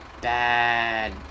Bad